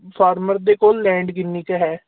farmer ਦੇ ਕੋਲ land ਕਿੰਨੀ ਕੁ ਹੈ